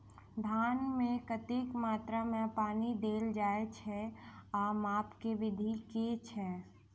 धान मे कतेक मात्रा मे पानि देल जाएँ छैय आ माप केँ विधि केँ छैय?